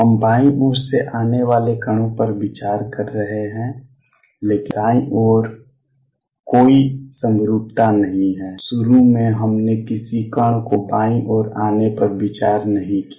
हम बायीं ओर से आने वाले कणों पर विचार कर रहे हैं लेकिन दाईं ओर कोई समरूपता नहीं है कि शुरू में हमने किसी कण को बाईं ओर आने पर विचार नहीं किया